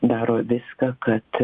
daro viską kad